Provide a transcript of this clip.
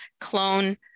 clone